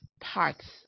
parts